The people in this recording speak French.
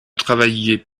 travailliez